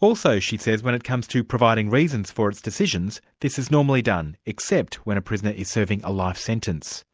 also she says, when it comes to providing reasons for its decisions, this is normally done except when a prisoner is serving a life sentencemore